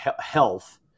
health